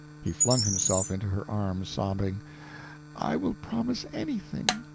he flung himself into her arms, sobbing i will promise anything,